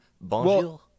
Bonjour